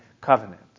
covenant